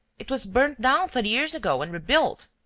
it was burnt down thirty years ago and rebuilt.